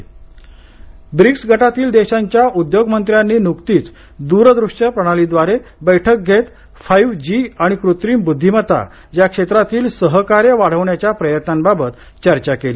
BRICS BRICS गटातील देशांच्या उद्योग मंत्र्यांनी नुकतीच दूर दृश्य प्रणालीद्वारे बैठक घेत फाईव्ह जी आणि कृत्रिम बुद्धिमत्ता या क्षेत्रातील सहकार्य वाढवण्याच्या प्रयत्नांबाबत चर्चा केली